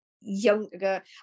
younger